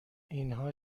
اینها